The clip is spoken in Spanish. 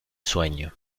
sueño